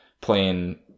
playing